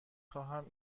خواهم